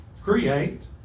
create